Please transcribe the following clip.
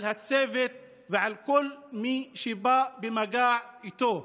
על הצוות ועל כל מי שבא במגע איתו.